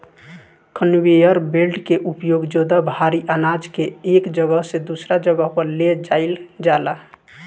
conveyor belt के उपयोग ज्यादा भारी आनाज के एक जगह से दूसरा जगह पर ले जाईल जाला